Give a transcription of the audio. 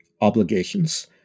obligations